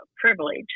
privilege